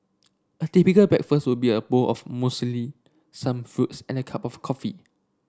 a typical breakfast would be a bowl of muesli some fruits and a cup of coffee